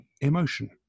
emotion